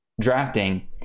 drafting